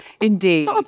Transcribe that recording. indeed